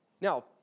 Now